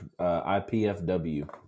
IPFW